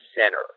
center